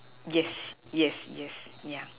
yes yes yes yes yeah